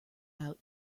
out